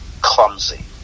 clumsy